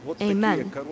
Amen